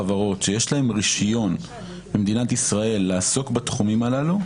חברות שיש להן רישיון במדינת ישראל לעסוק בתחומים הללו.